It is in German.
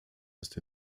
ist